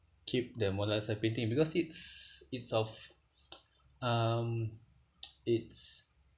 keep the mona lisa painting because it's it's of um it's